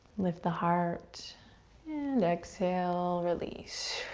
lift the heart and exhale, release.